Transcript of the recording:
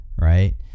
Right